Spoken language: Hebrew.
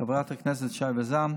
חברת הכנסת שי וזאן,